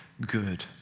good